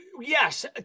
yes